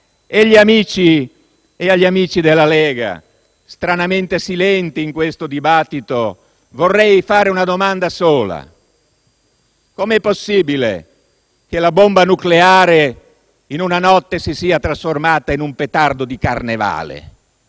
Agli amici della Lega, stranamente silenti in questo dibattito, vorrei fare una domanda sola: com'è possibile che la bomba nucleare in una notte si sia trasformata in un petardo di carnevale?